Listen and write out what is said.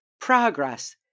progress